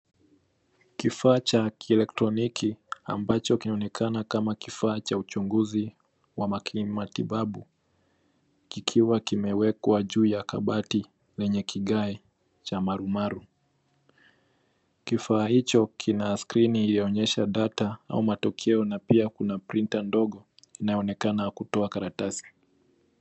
Kifaa cha kielektroniki ambacho kinaonekana kama kifaa cha uchunguzi wa kimatibabu, kikiwa kimewekwa kuu ya kabati yenye kigae cha marumaru. Kifaa hicho, kina skrini inayoonyesha data au matokeo na pia kuna printer ndogo inayoonekana ya kutoa karatasi.